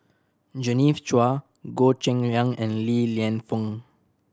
Genevieve Chua Goh Cheng Liang and Li Lienfung